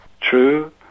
True